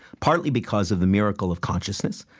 partly because of the miracle of consciousness,